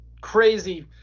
crazy